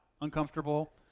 uncomfortable